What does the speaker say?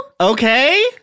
okay